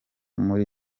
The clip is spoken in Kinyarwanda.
muri